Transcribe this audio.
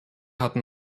hatten